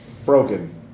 broken